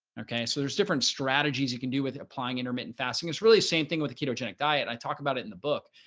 okay, so there's different strategies you can do with applying intermittent fasting. it's really the same thing with a ketogenic diet, i talked about it in the book,